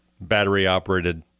battery-operated